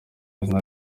izina